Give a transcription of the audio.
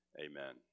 Amen